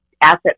asset